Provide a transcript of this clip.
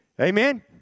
Amen